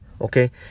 Okay